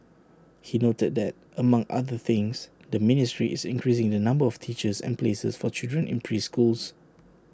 he noted that among other things the ministry is increasing the number of teachers and places for children in preschools